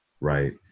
right